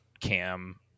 CAM